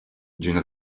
d’une